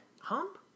Hump